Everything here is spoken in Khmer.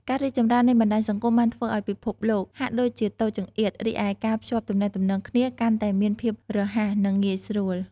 ការរីកចម្រើននៃបណ្ដាញសង្គមបានធ្វើឲ្យពិភពលោកហាក់ដូចជាតូចចង្អៀត រីឯការភ្ជាប់ទំនាក់ទំនងគ្នាកាន់តែមានភាពរហ័ស និងងាយស្រួល។